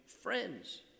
friends